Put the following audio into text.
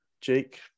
Jake